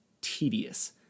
tedious